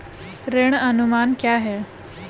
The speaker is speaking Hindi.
ऋण अनुमान क्या है?